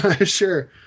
Sure